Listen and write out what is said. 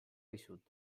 dizut